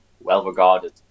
well-regarded